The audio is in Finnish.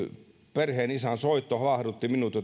perheenisän soitto havahdutti minut